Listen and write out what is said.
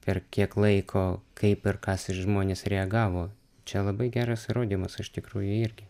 per kiek laiko kaip ir kas ir žmonės reagavo čia labai geras įrodymas iš tikrųjų irgi